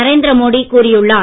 நரேந்திர மோடி கூறியுள்ளார்